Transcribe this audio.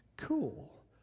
cool